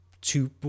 two